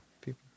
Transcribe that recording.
people